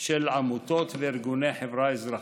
של עמותות בארגוני החברה האזרחית.